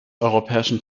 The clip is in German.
europäischen